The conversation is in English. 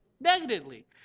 negatively